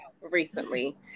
recently